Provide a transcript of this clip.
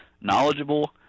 knowledgeable